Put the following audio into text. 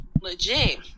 legit